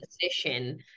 position